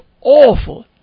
awful